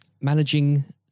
managing